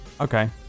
Okay